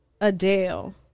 Adele